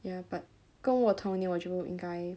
ya but 跟我同年我就应该